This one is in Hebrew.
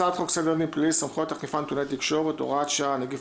הצעת חוק סדר הדין הפלילי (סמכויות אכיפה- נתוני תקשורת)(הוראת שעה נגיף